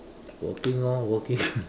working orh working